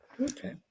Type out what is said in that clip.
Okay